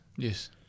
Yes